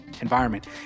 environment